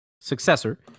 successor